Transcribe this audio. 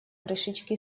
крышечки